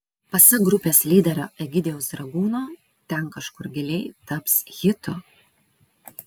pasak grupės lyderio egidijaus dragūno ten kažkur giliai taps hitu